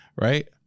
right